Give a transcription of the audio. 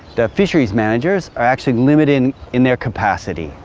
the fisheries managers are actually limited in in their capacity,